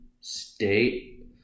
state